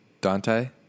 Dante